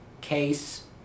case